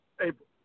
April